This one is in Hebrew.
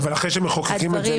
אבל אחרי שמחוקקים את זה,